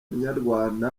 munyarwanda